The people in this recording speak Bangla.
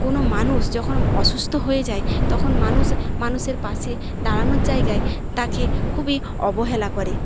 কোনো মানুষ যখন অসুস্থ হয়ে যায় তখন মানুষ মানুষের পাশে দাঁড়ানোর জায়গায় তাকে খুবই অবহেলা করে